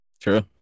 True